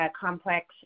complex